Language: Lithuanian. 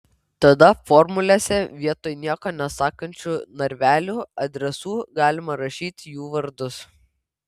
tada formulėse vietoj nieko nesakančių narvelių adresų galima rašyti jų vardus